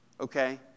okay